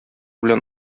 белән